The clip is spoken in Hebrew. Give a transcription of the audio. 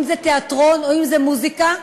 אם תיאטרון או מוזיקה,